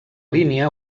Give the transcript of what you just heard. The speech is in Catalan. línia